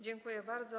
Dziękuję bardzo.